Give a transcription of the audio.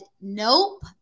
Nope